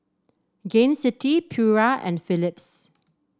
Gain City Pura and Philips